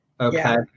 Okay